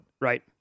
Right